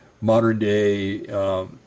modern-day